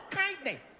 kindness